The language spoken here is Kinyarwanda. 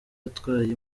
atwaye